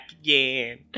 again